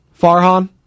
Farhan